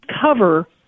cover